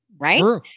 Right